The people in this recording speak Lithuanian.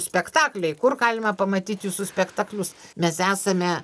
spektakliai kur galima pamatyt jūsų spektaklius mes esame